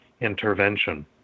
intervention